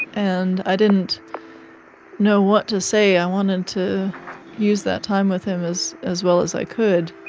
and i didn't know what to say. i wanted to use that time with him as as well as i could.